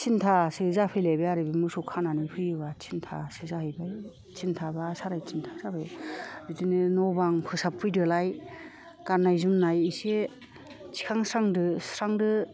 थिनथासो जाफैलायबाय आरो मोसौ खानानै फैयोबा थिनथासो जाहैबाय थिनथा बा साराय थिनथा जाबाय बिदिनो न' बां फोसाबफैदोलाय गाननाय जोमनाय एसे थिखांस्रांदो सुस्रांदो